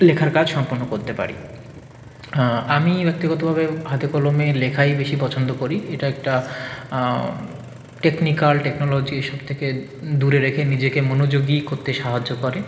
লেখার কাজ সম্পন্ন করতে পারি আমি ব্যক্তিগতভাবে হাতেকলমে লেখাই বেশি পছন্দ করি এটা একটা টেকনিক্যাল টেকনোলজি এ সব থেকে দূরে রেখে নিজেকে মনোযোগী করতে সাহায্য করে